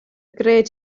gred